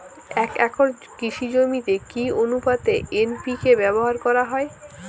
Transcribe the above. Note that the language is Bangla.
এক একর কৃষি জমিতে কি আনুপাতে এন.পি.কে ব্যবহার করা হয়?